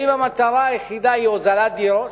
האם המטרה היחידה היא הוזלת דירות?